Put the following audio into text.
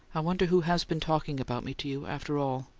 i wonder who has been talking about me to you, after all?